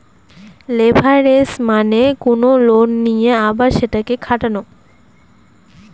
leverage মানে কোনো loan নিয়ে আবার সেটাকে খাটানো